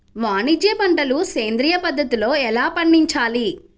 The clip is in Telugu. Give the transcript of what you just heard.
వాణిజ్య పంటలు సేంద్రియ పద్ధతిలో ఎలా పండించాలి?